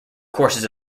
courses